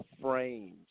frames